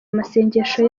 amasengesho